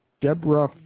Deborah